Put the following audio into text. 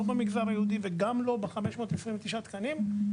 לא במגזר היהודי ולא ב-529 התקנים.